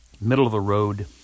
middle-of-the-road